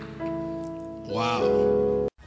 Wow